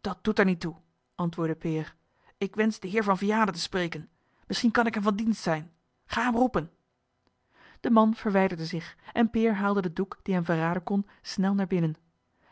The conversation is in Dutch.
dat doet er niet toe antwoordde peer ik wensch den heer van vianen te spreken misschien kan ik hem van dienst zijn ga hem roepen de man verwijderde zich en peer haalde den doek die hem verraden kon snel naar binnen